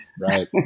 Right